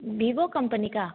Vivo company का